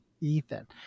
ethan